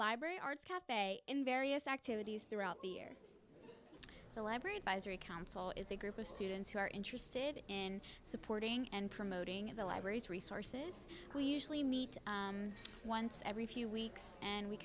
library arts caf in various activities throughout the year the library advisory council is a group of students who are interested in supporting and promoting the library's resources we usually meet once every few weeks and we